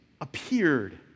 Appeared